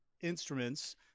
instruments